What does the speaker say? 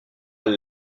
elle